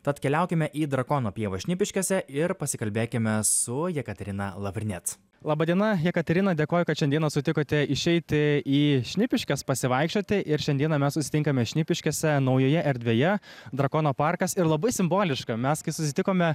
tad keliaukime į drakono pievą šnipiškėse ir pasikalbėkime su jekaterina lavrinec laba diena jekaterina dėkoju kad šiandien sutikote išeiti į šnipiškes pasivaikščioti ir šiandieną mes susitinkame šnipiškėse naujoje erdvėje drakono parkas ir labai simboliška mes gi susitikome